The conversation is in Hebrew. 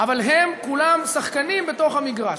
אבל הם כולם שחקנים בתוך המגרש.